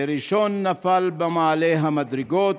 / וראשון נפל במעלה המדרגות,